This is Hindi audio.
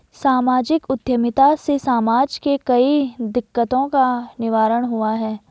सामाजिक उद्यमिता से समाज के कई दिकक्तों का निवारण हुआ है